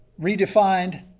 redefined